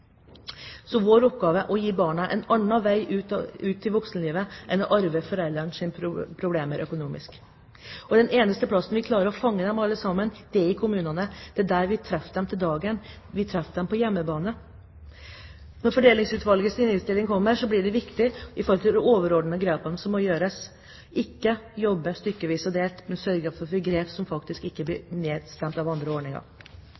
Så vår oppgave er å gi barna en annen vei ut i voksenlivet enn å arve foreldrenes økonomiske problemer. Det eneste stedet vi klarer å fange dem alle sammen, er i kommunene. Det er der vi treffer dem – daglig, på hjemmebane. Når Fordelingsutvalgets innstilling kommer, blir det viktig for de overordnede grepene som må gjøres ikke å jobbe stykkevis og delt, men å sørge for grep som ikke blir nedstemt på grunn av andre ordninger.